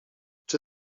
czy